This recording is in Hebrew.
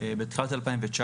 בשנת 2019,